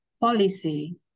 policy